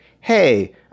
Hey